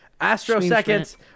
astroseconds